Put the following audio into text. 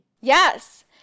Yes